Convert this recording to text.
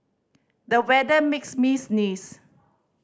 the weather makes me sneeze